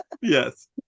Yes